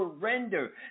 surrender